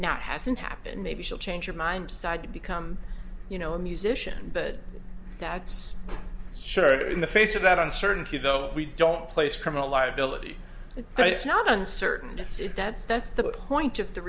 now hasn't happened maybe she'll change your mind decide to become you know a musician but that's sure in the face of that uncertainty though we don't place criminal liability but it's not uncertain it's it that's that's the point of the